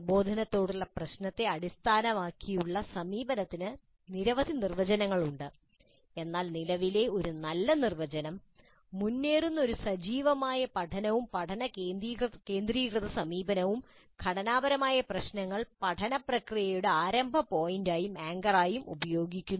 പ്രബോധനത്തോടുള്ള പ്രശ്നത്തെ അടിസ്ഥാനമാക്കിയുള്ള സമീപനത്തിന് നിരവധി നിർവചനങ്ങൾ ഉണ്ട് എന്നാൽ നിലവിലെ ഒരു നല്ല നിർവചനം " മുന്നേറുന്ന ഒരു സജീവമായ പഠനവും പഠന കേന്ദ്രീകൃത സമീപനവും ഘടനാപരമായ പ്രശ്നങ്ങൾ പഠന പ്രക്രിയയുടെ ആരംഭ പോയിന്റായും ആങ്കറായും ഉപയോഗിക്കുന്നു